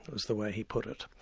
was the way he put it.